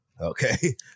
okay